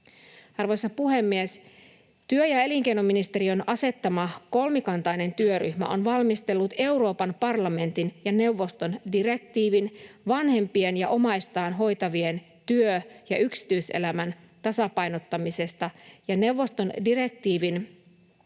Arvoisa puhemies! Työ- ja elinkeinoministeriön asettama kolmikantainen työryhmä on valmistellut Euroopan parlamentin ja neuvoston direktiivin vanhempien ja omaistaan hoitavien työ- ja yksityiselämän tasapainottamisesta ja neuvoston direktiivin